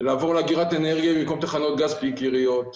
לעבור לאגירת אנרגיה במקום תחנות גז פיקיריות,